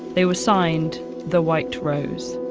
they were signed the white rose.